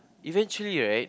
eventually right